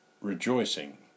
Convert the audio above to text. rejoicing